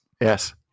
yes